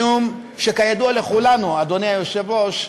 משום שידוע לכולנו, אדוני היושב-ראש,